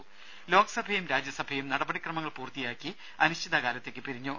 രുമ ലോക്സഭയും രാജ്യസഭയും നടപടിക്രമങ്ങൾ പൂർത്തിയാക്കി അനിശ്ചിത കാലത്തേക്ക് പിരിഞ്ഞു